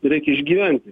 reikia išgyventi